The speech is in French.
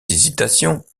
hésitations